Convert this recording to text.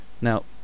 now